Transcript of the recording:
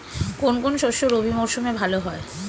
কোন কোন শস্য রবি মরশুমে ভালো হয়?